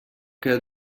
que